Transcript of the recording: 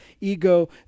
ego